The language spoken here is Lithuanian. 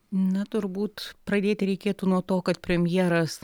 na turbūt pradėti reikėtų nuo to kad premjeras